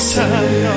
time